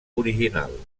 original